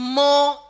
more